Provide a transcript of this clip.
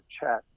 chat